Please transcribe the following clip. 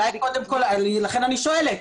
לכן אני שואלת.